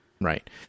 Right